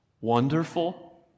Wonderful